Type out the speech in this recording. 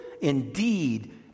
Indeed